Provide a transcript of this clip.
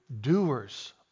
doers